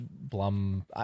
Blum